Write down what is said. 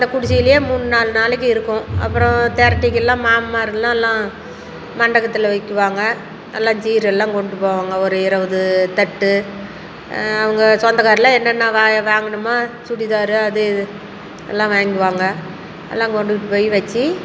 அந்த குடிசையிலேயே மூணு நாலு நாளைக்கு இருக்கும் அப்பறம் தெரட்டிக்கெல்லாம் மாமன்மார்கள்லாம் எல்லாம் மண்டபத்துல வைக்குவாங்க எல்லாம் சீரெல்லாம் கொண்டு போவாங்க ஒரு இருவது தட்டு அவங்க சொந்தக்காருலாம் என்னென்ன வா வாங்கணுமோ சுடிதார் அது இது எல்லாம் வாய்க்ங்குவாங்க எல்லாம் கொண்டுக்கிட்டு போய் வெச்சி